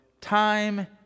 time